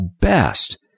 best